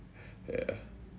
ya